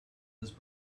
has